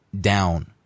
down